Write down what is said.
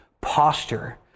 posture